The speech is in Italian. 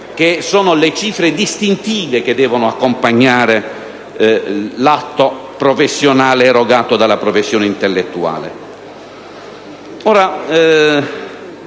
che sono le cifre distintive che devono accompagnare l'atto professionale erogato dalla professione intellettuale?